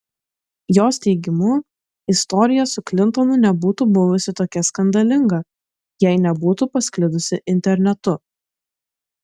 jos teigimu istorija su klintonu nebūtų buvusi tokia skandalinga jei nebūtų pasklidusi internetu